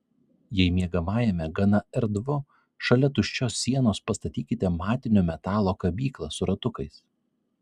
jei miegamajame gana erdvu šalia tuščios sienos pastatykite matinio metalo kabyklą su ratukais